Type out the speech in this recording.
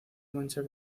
mancha